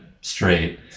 straight